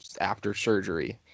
after-surgery